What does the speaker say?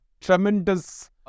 tremendous